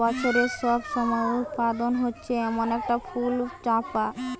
বছরের সব সময় উৎপাদন হতিছে এমন একটা ফুল চম্পা